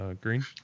Green